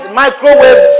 microwave